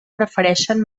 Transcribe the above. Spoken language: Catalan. prefereixen